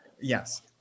Yes